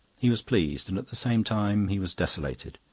he was pleased, and at the same time he was desolated.